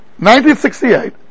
1968